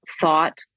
thought